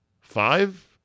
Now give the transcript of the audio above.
Five